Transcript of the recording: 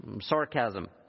sarcasm